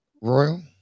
Royal